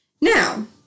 now